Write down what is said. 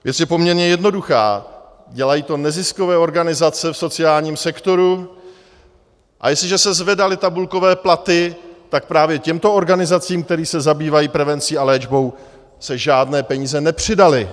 Věc je poměrně jednoduchá, dělají to neziskové organizace v sociálním sektoru, a jestliže se zvedaly tabulkové platy, tak právě těmto organizacím, které se zabývají prevencí a léčbou, se žádné peníze nepřidaly.